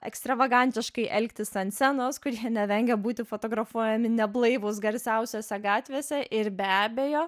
ekstravagantiškai elgtis an scenos kur jie nevengia būti fotografuojami neblaivūs garsiausiose gatvėse ir be abejo